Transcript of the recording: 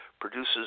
produces